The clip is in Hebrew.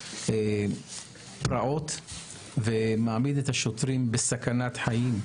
פרעות ומעמיד את השוטרים בסכנת חיים.